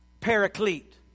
paraclete